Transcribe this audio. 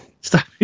Stop